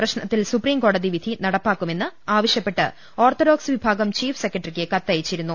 പ്രശ്നത്തിൽ സുപ്രീം കോടതിവിധി നടപ്പാക്കണമെന്ന് ആവശ്യപ്പെട്ട് ഓർത്ത്ഡോക്സ് വിഭാഗം ചീഫ് സെക്രട്ടറിക്ക് കത്തയച്ചിരുന്നു